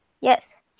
Yes